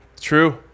true